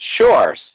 Sure